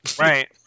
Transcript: Right